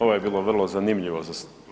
Ovo je bilo vrlo zanimljivo za…